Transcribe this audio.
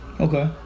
Okay